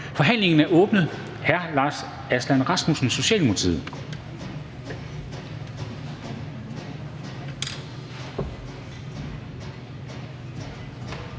Forhandlingen er åbnet. Hr. Leif Lahn Jensen, Socialdemokratiet.